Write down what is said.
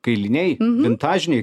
kailiniai vintažiniai